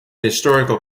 historical